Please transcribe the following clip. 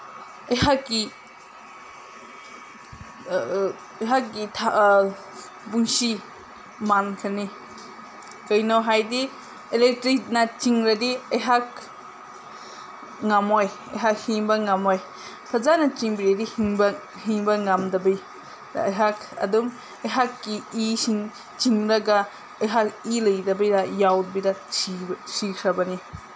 ꯑꯩꯍꯥꯛꯀꯤ ꯑꯩꯍꯥꯛꯀꯤ ꯄꯨꯟꯁꯤ ꯃꯥꯡꯈ꯭ꯔꯅꯤ ꯀꯩꯒꯤꯅꯣ ꯍꯥꯏꯗꯤ ꯑꯦꯂꯦꯛꯇ꯭ꯔꯤꯛꯅ ꯆꯤꯡꯂꯗꯤ ꯑꯩꯍꯥꯛ ꯉꯝꯃꯣꯏ ꯑꯩꯍꯥꯛ ꯍꯤꯡꯕ ꯉꯝꯃꯣꯏ ꯐꯖꯅ ꯆꯤꯡꯕꯤꯔꯗꯤ ꯍꯤꯡꯕ ꯍꯤꯡꯕ ꯉꯝꯗꯕꯤꯗ ꯑꯩꯍꯥꯛ ꯑꯗꯨꯝ ꯑꯩꯍꯥꯛꯀꯤ ꯏ ꯁꯤꯡ ꯆꯤꯡꯂꯒ ꯑꯩꯍꯥꯛ ꯏ ꯂꯩꯇꯕꯤꯗ ꯌꯥꯎꯗꯕꯤꯗ ꯁꯤꯈ꯭ꯔꯕꯅꯤ